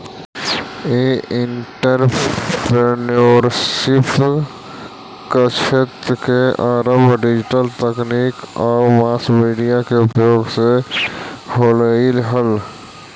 ई entrepreneurship क्क्षेत्र के आरंभ डिजिटल तकनीक आउ मास मीडिया के उपयोग से होलइ हल